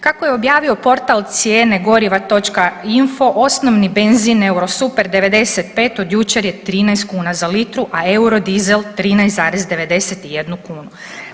Kako je objavio portal Cijenegoriva.info osnovni benzin eurosuper 95 od jučer je 13 kuna za litru, a eurodizel 13,91 kunu.